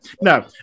no